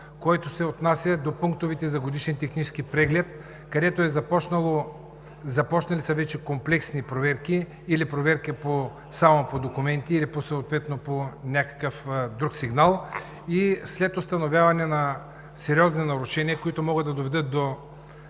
който се отнася до пунктовете за годишен технически преглед, където вече са започнали комплексни проверки или проверки само по документи, или по някакъв друг сигнал. След установяване на сериозни нарушения, които могат да доведат до